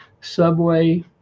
Subway